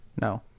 No